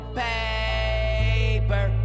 paper